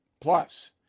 Plus